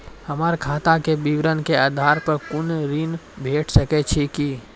हमर खाता के विवरण के आधार प कुनू ऋण भेट सकै छै की?